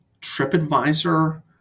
TripAdvisor